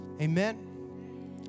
amen